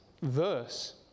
verse